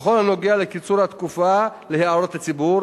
בכל הנוגע לקיצור התקופה להערות הציבור